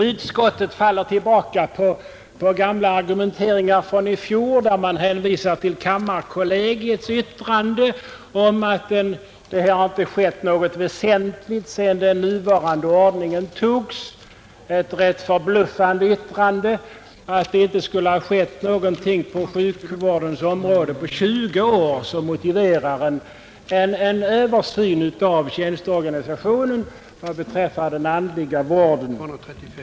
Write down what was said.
Utskottet faller tillbaka på gamla argumenteringar från i fjol, där man hänvisar till kammarkollegiets yttrande om att det här inte har skett något väsentligt sedan den nuvarande ordningen antogs. Det är ett rätt förbluffande yttrande, att det inte skulle ha skett någonting på sjukvårdens område på 20 år som motiverar en översyn av tjänsteorganisationen vad beträffar den andliga vården.